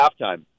halftime